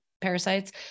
parasites